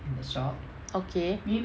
okay